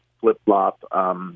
flip-flop